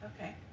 Okay